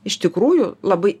iš tikrųjų labai